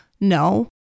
no